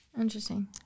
Interesting